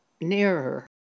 nearer